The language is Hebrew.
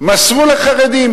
מסרו לחרדים.